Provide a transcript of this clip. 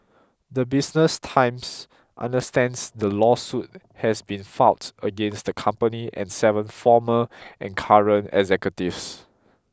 the Business Times understands the lawsuit has been filed against the company and seven former and current executives